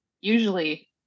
Usually